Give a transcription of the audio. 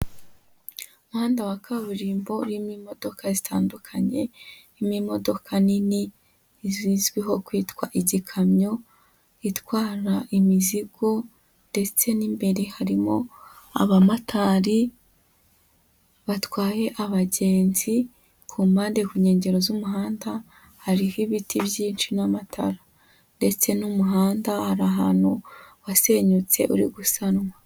Umuhanda wa kaburimbo urimo imodoka zitandukanye, harimo imodoka nini zizwiho kwitwa igikamyo, itwara imizigo ndetse n'imbere harimo abamotari batwaye abagenzi, ku mpande ku nkengero z'umuhanda, hariho ibiti byinshi n'amatara ndetse n'umuhanda hari ahantu wasenyutse uri gusanwa.